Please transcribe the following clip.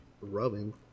rubbing